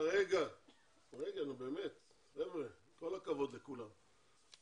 עם כל הכבוד לכולם,